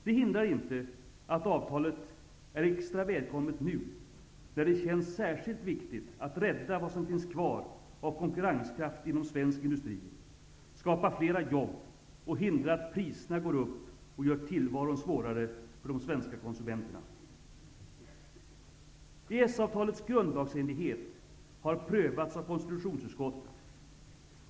Det hindrar inte, att avtalet är extra välkommet nu, när det känns särskilt viktigt att rädda vad som finns kvar av konkurrenskraft inom svensk industri, skapa flera jobb och hindra att priserna går upp och gör tillvaron svårare för de svenska konsumenterna. EES-avtalets grundlagsenlighet har prövats av konstitutionsutskottet.